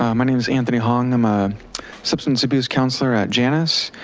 um my name is anthony hong, i'm a substance abuse counselor at janus.